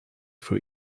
for